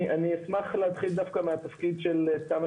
אני אשמח להתחיל דווקא מהתפקיד של תמ"א